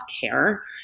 care